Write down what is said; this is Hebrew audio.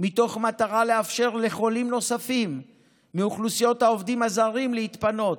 במטרה לאפשר לחולים נוספים מאוכלוסיית העובדים הזרים להתפנות,